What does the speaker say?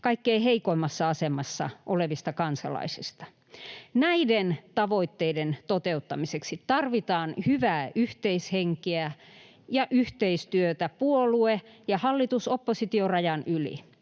kaikkein heikoimmassa asemassa olevista kansalaisista. Näiden tavoitteiden toteuttamiseksi tarvitaan hyvää yhteishenkeä ja yhteistyötä puolue- ja hallitus—oppositiorajojen yli.